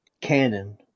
Canon